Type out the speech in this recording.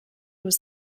was